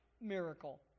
miracle